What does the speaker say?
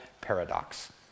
paradox